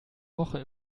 woche